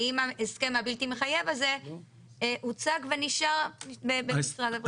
האם ההסכם הבלתי מחייב הזה הוצג ונשאר במשרד?